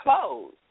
close